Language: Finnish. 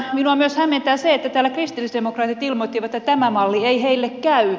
minua myös hämmentää se että täällä kristillisdemokraatit ilmoittivat että tämä malli ei heille käy